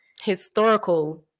historical